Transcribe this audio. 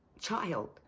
child